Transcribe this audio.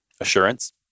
assurance